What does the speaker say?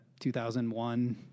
2001